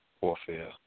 warfare